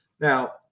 Now